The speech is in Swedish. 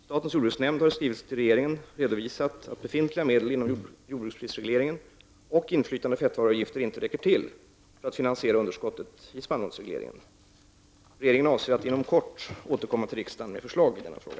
Statens jordbruksnämnd har i en skrivelse till regeringen redovisat att befintliga medel inom jordbruksprisregleringen och inflytande fettvaruavgifter inte räcker till för att finansiera underskottet i spannmålsregleringen. Regeringen avser att inom kort återkomma till riksdagen med förslag i denna fråga.